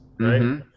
right